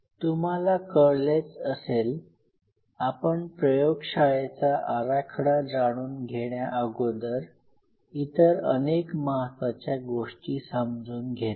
तुम्हाला कळलेच असेल आपण प्रयोगशाळेचा आराखडा जाणून घेण्याअगोदर इतर अनेक महत्त्वाच्या गोष्टी समजून घेतल्या